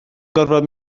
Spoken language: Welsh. gorfod